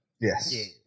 Yes